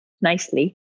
nicely